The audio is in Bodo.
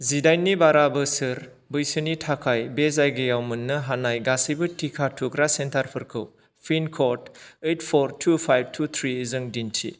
जिदाइननि बारा बोसोर बैसोनि थाखाय बे जायगायाव मोननो हानाय गासैबो टिका थुग्रा सेन्टारफोरखौ pin code eight four two five two three जों दिन्थि